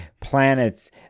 planets